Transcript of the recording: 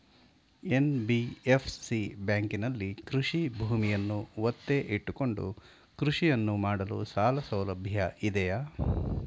NBFC ಬ್ಯಾಂಕಿನಲ್ಲಿ ಕೃಷಿ ಭೂಮಿಯನ್ನು ಒತ್ತೆ ಇಟ್ಟುಕೊಂಡು ಕೃಷಿಯನ್ನು ಮಾಡಲು ಸಾಲಸೌಲಭ್ಯ ಇದೆಯಾ?